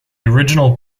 original